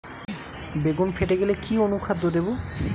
বেগুন ফেটে গেলে কি অনুখাদ্য দেবো?